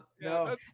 No